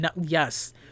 yes